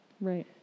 Right